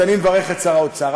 אז אני מברך את שר האוצר.